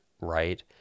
right